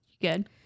good